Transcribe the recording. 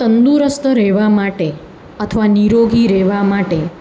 તંદુરસ્ત રહેવા માટે અથવા નિરોગી રહેવા માટે